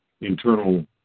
internal